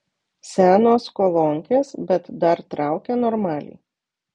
senos kolonkės bet dar traukia normaliai